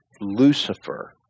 Lucifer